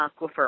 aquifer